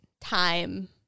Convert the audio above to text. time